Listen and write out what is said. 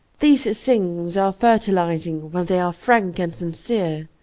these things are fertilizing when they are frank and sincere.